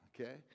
okay